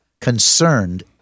concerned